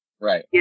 right